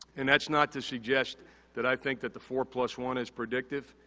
and, that's not to suggest that i think that the four plus one is predictive.